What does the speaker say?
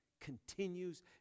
continues